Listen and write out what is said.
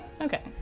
Okay